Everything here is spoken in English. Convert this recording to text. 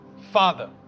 Father